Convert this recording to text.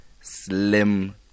slim